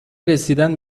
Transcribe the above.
رسیدن